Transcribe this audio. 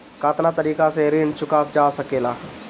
कातना तरीके से ऋण चुका जा सेकला?